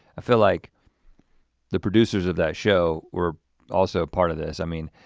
i feel like the producers of that show were also a part of this. i mean,